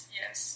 yes